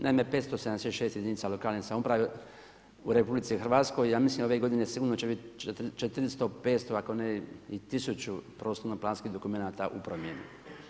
Naime, 576 jedinica lokalne samouprave u RH ja mislim ove godine sigurno će biti 400, 500 ako ne i 1000 prostorno planskih dokumenta u promjeni.